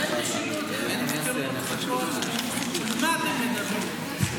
אין משילות --- על מה אתם מדברים.